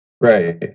right